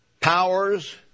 Powers